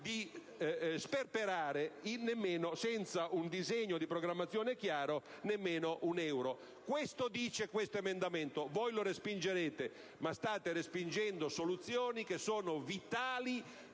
di sperperare, senza un disegno di programmazione chiaro, nemmeno un euro. Questo dice l'emendamento 3.3. Voi lo respingerete, ma state respingendo soluzioni che sono vitali